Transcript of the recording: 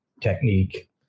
technique